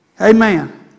Amen